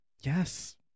Yes